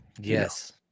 Yes